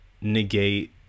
negate